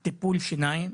אפרופו טיפול שיניים,